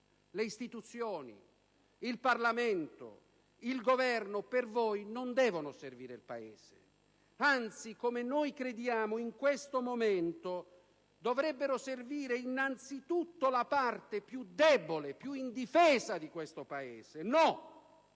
Le istituzioni, il Parlamento, il Governo per voi non devono servire il Paese; in questo momento, anzi, come noi crediamo, dovrebbero servire innanzitutto la parte più debole, più indifesa di questo Paese; no: